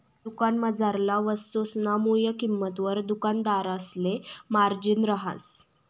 दुकानमझारला वस्तुसना मुय किंमतवर दुकानदारसले मार्जिन रहास